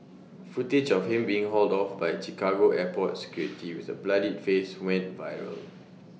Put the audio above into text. footage of him being hauled off by Chicago airport security with A bloodied face went viral